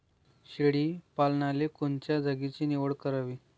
शेळी पालनाले कोनच्या जागेची निवड करावी?